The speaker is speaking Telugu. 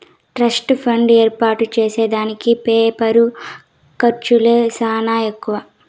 ట్రస్ట్ ఫండ్ ఏర్పాటు చేసే దానికి పేపరు ఖర్చులే సానా ఎక్కువ